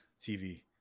TV